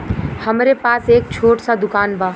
हमरे पास एक छोट स दुकान बा